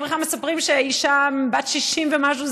איך בכלל מספרים שאישה בת 60 ומשהו,